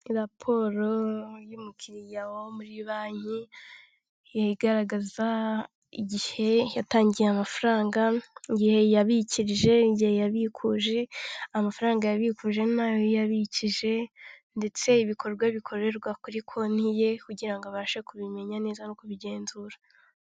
Raporo y'umukiriya wo muri banki; igaragaza igihe yatangiye amafaranga, igihe yabikirije, igihe yabikuje, amafaranga yabikuje nayo yabikije ndetse ibikorwa bikorerwa kuri konti ye; kugira abashe kubimenya neza no kubigenzura.